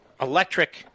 electric